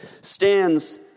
stands